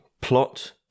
plot